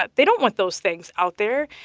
but they don't want those things out there.